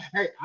Hey